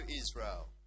Israel